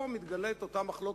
פה מתגלה אותה מחלוקת,